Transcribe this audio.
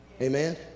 Amen